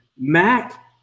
Mac